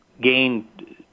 gained